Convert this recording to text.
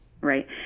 Right